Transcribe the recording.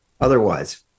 otherwise